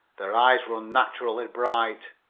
their eyes were unnaturally bright.